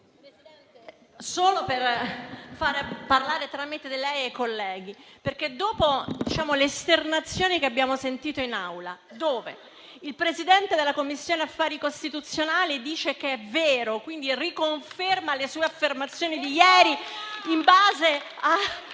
mi rivolgo, tramite lei, ai colleghi, dopo le esternazioni che abbiamo sentito in Aula in cui il Presidente della Commissione affari costituzionali dice che è vero, quindi riconferma le sue affermazioni di ieri.